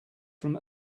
from